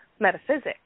metaphysics